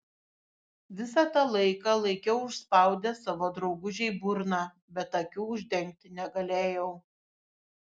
visą tą laiką laikiau užspaudęs savo draugužei burną bet akių uždengti negalėjau